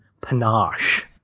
panache